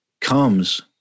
comes